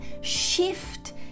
shift